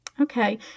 Okay